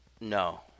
No